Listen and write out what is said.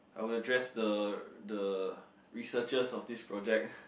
I will address the the researchers of this project